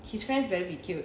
his friends very cute